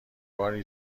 باری